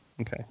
Okay